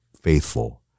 faithful